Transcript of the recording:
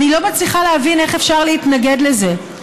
אני לא מצליחה להבין איך אפשר להתנגד לזה.